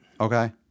Okay